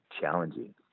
challenging